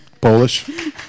Polish